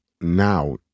now